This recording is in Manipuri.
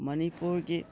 ꯃꯅꯤꯄꯨꯔꯒꯤ